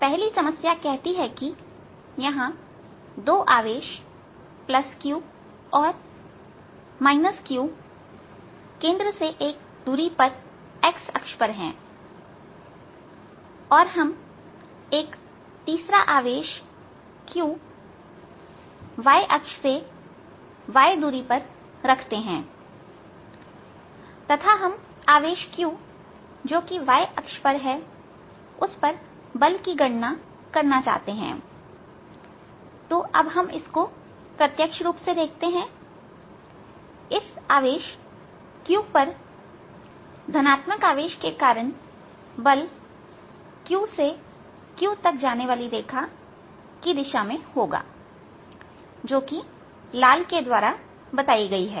पहली समस्या कहती है कि यहां दो आवेश Q और Q केंद्र से एक दूरी पर x अक्ष पर है और हम एक तीसरा आवेश q y अक्ष पर y दूरी पर रखते हैं तथा हम आवेश q जो कि y अक्ष पर है उस पर बल की गणना करना चाहते हैं तो अब हम इसको प्रत्यक्ष रूप से देखते हैं इस आवेश q पर धनात्मक आवेश के कारण बल Q से q तक जाने वाली रेखा की दिशा में होगा जो कि लाल के द्वारा बताई गई है